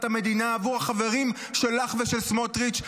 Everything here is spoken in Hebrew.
המדינה עבור החברים שלך ושל סמוטריץ',